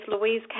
Louise